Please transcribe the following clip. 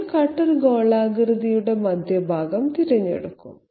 നമ്മൾ കട്ടർ ഗോളാകൃതിയുടെ മധ്യഭാഗം തിരഞ്ഞെടുക്കും